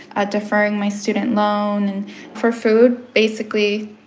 ah deferring my student loan and for food, basically,